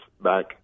back